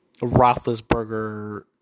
Roethlisberger